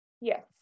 yes